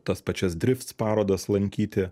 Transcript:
tas pačias drifts parodas lankyti